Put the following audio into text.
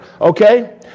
okay